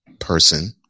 person